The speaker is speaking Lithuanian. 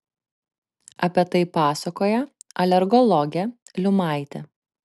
apie tai pasakoja alergologė liumaitė